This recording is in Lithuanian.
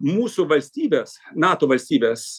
mūsų valstybės nato valstybės